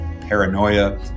paranoia